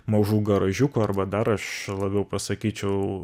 mažų garažiukų arba dar aš labiau pasakyčiau